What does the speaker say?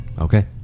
Okay